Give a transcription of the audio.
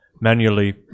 manually